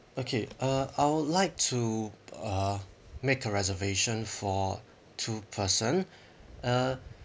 okay uh I would like to uh make a reservation for two person uh